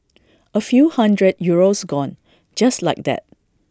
A few hundred euros gone just like that